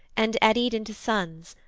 and eddied into suns,